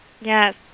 Yes